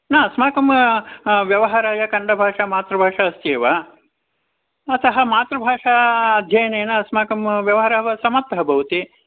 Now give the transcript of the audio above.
न अस्माकं व्यवहाराय कन्नडभाषा मातृभाषा अस्ति एव अतः मातृभाषा अध्ययनेन अस्माकं व्यवहारः समाप्तः भवति